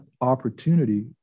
opportunity